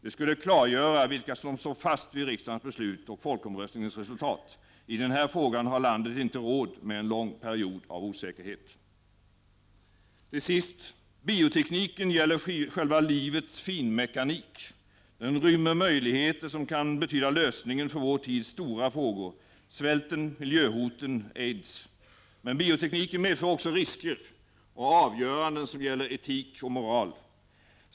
Det skulle klargöra vilka som står fast vid riksdagens beslut och folkomröstningens resultat. I den här frågan har landet inte råd med en lång period av osäkerhet. Till sist: Biotekniken gäller själva livets finmekanik. Den rymmer möjligheter, som kan betyda lösningen för vår tids stora frågor — svälten, miljöhoten, aids. Men biotekniken medför också risker och avgöranden som gäller etik och moral.